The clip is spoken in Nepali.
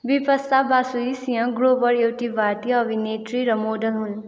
बिपाशा बासू स्नेह ग्रोवर एउटी भारतीय अभिनेत्री र मोडल हुन्